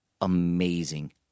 amazing